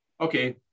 Okay